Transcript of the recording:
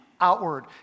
outward